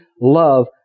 love